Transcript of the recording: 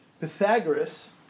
Pythagoras